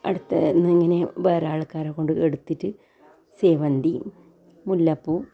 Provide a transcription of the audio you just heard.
പിന്നെ അടുത്തന്നെ വേറെ ആൾക്കാരെ കൊണ്ട് എട്ത്തിട്ട് സേവന്തി മുല്ലപ്പൂ